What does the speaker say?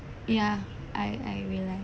ya I I realise